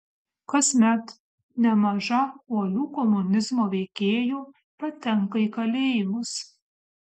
kasmet nemaža uolių komunizmo veikėjų patenka į kalėjimus